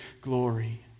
glory